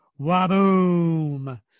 waboom